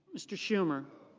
mr. schumer.